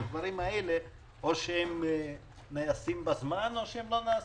הדברים האלה או שנעשים בזמן או שלא שהם לא נעשים.